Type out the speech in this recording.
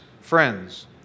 friends